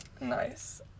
Nice